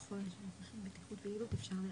אם בעצם התפרחת מאושרת לאידוי,